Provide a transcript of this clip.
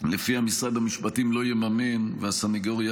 שלפיה משרד המשפטים לא יממן והסנגוריה